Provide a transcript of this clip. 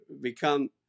become